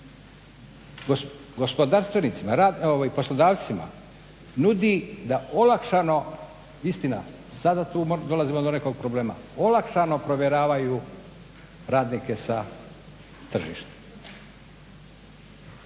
Gospodarstvenicima, poslodavcima nudi da olakšano, istina sada tu dolazimo do nekoliko problema, olakšano provjeravaju radnike sa tržišta.